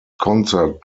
concert